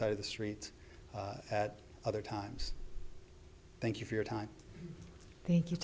side of the street at other times thank you for your time thank you